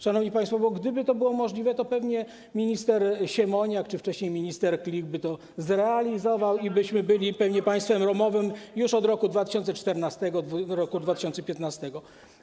Szanowni państwo, bo gdyby to było możliwe, to pewnie minister Siemoniak czy wcześniej minister Klich by to zrealizował i byśmy byli pewnie państwem ramowym już od roku 2014 czy 2015.